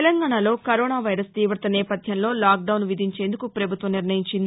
తెలంగాణాలో corona virus తీవత నేపథ్యంలో లాక్డౌన్ విధించేందుకు పభుత్వం నిర్ణయించింది